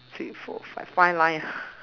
three four five lines ah